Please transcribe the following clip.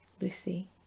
Lucy